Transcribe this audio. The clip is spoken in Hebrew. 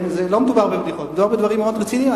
לא מדובר בבדיחות אלא בדברים מאוד רציניים.